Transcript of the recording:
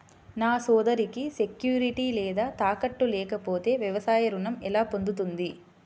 నా సోదరికి సెక్యూరిటీ లేదా తాకట్టు లేకపోతే వ్యవసాయ రుణం ఎలా పొందుతుంది?